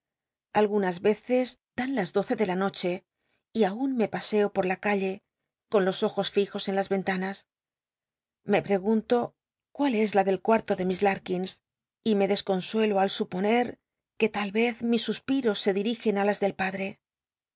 algunas l'eces dan las doce de la noche y aun me paseo po la entana s me precalle con los ojos lljos en las ventanas me pregunto cuál es la del cuarto de mis dains y me desconsuelo al supone que tal ez mis suspiros se dirigen ií las del